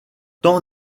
temps